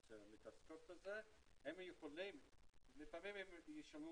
שמתעסקות בזה, לפעמים הם ישלמו